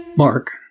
Mark